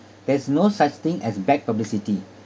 there's no such thing as bad publicity